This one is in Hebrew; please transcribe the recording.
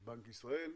בנק ישראל.